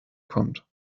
kommt